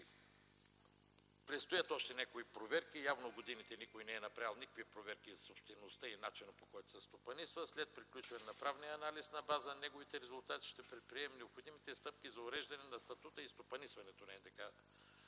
Предстоят още някои проверки. Явно през годините никой не е направил никакви проверки за собствеността и начина, по който се стопанисва. След приключване на правния анализ на база на неговите резултати ще предприемем необходимите стъпки за уреждането на статута и стопанисването на НДК.